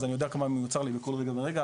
אז אני יודע כמה מיוצר לי בכל רגע ורגע,